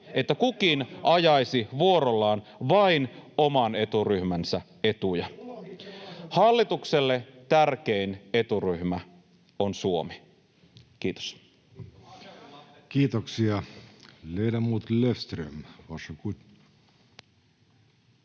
että kukin ajaisi vuorollaan vain oman eturyhmänsä etuja. Hallitukselle tärkein eturyhmä on Suomi. — Kiitos.